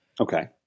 Okay